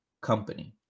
Company